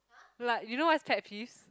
like you know what's pet peeves